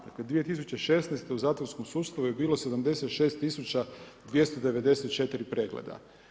Dakle, 2016. u zatvorskom sustavu je bilo 76294 pregleda.